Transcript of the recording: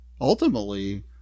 ultimately